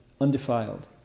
Undefiled